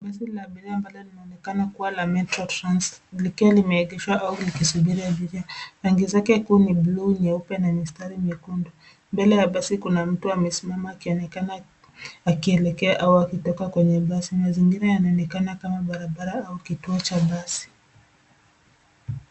Basi la abiria ambalo linaonekana kuwa la METRO TRANS likiwa limeegeshwa au likisubiria abiria rangi zake kuu ni bluu, nyeupe na mistari mekundu .Mbele ya basi kuna mtu amesimama akionekana akielekea au akitoka kwenye basi . Mazingira yanaonekana kama barabara au kituo cha basi.